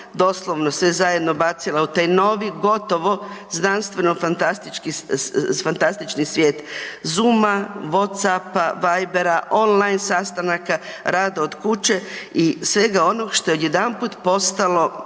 doslovno sve zajedno bacila u taj novi, gotovo znanstveno fanstastički, fantastični svijet, Zoom-a, WhatsApp-a, Viber-a, on line sastanaka, rada od kuće i svega onog što je odjedanput postalo